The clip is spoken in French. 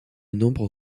nombre